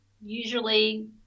Usually